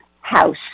house